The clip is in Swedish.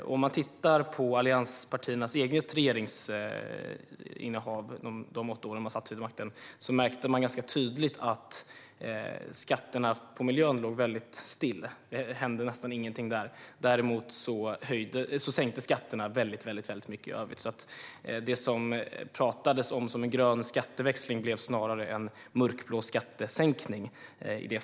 Om man tittar på allianspartiernas eget regeringsinnehav under de åtta år de satt vid makten ser man ganska tydligt att skatterna på miljön låg väldigt stilla - det hände nästan ingenting där. Däremot sänktes skatterna väldigt mycket i övrigt. Det man talade om som en grön skatteväxling blev alltså snarare en mörkblå skattesänkning.